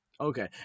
Okay